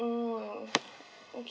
mm okay